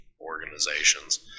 organizations